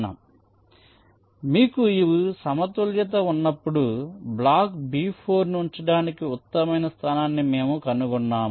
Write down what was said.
కాబట్టి మీకు ఈ సమతుల్యత ఉన్నప్పుడుబ్లాక్ B4 ను ఉంచడానికి ఉత్తమమైన స్థానాన్ని మేము కనుగొన్నాము